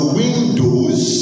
windows